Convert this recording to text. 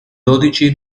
dodici